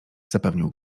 zapewnił